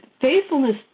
Faithfulness